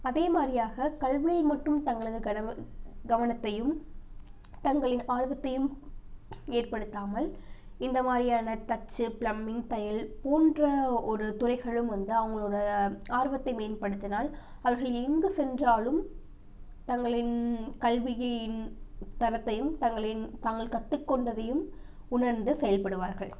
அதே மாதிரியாக கல்வி மட்டும் தங்களது கனவு கவனத்தையும் தங்களின் ஆர்வத்தையும் ஏற்படுத்தாமல் இந்த மாதிரியான தச்சு பிளம்மிங் தையல் போன்ற ஒரு துறைகளும் வந்து அவங்களோட ஆர்வத்தை மேம்படுத்தினால் அவர்கள் எங்கு சென்றாலும் தங்களின் கல்வியின் தரத்தையும் தங்களின் தாங்கள் கற்றுக் கொண்டதையும் உணர்ந்து செயல்படுவார்கள்